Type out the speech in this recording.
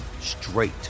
straight